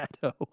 shadow